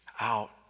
out